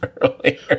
earlier